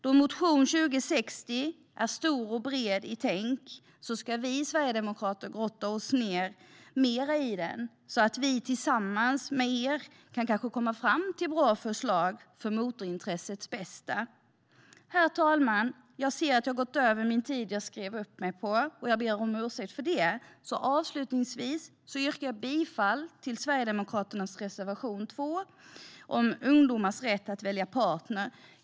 Då motionen 2060 är bred i sitt tänk ska vi grotta ned oss mer så att vi tillsammans med er kan komma fram till bra förslag för motorintressets bästa. Herr talman! Jag ser att jag har överskridit den tid som jag skrev upp mig för. Jag ber om ursäkt för det. Avslutningsvis vill jag yrka bifall till Sverigedemokraternas reservation 2 om ungdomars rätt att välja partner.